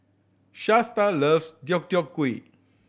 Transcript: Shasta loves Deodeok Gui